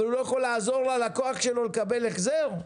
אבל לא יכול לעזור ללקוח שלו לקבל החזר?